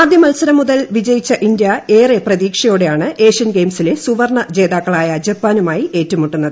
ആദ്യ മത്സരം മുതൽ വിജയിച്ച ഇന്ത്യ ഏറെ പ്രതീക്ഷയോടെയാണ് ഏഷ്യൻ ഗെയിംസിലെ സുവർണ ജേതാക്കളായ ജപ്പാനുമായി ഏറ്റുമുട്ടുന്നത്